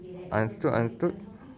understood understood